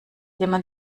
jemand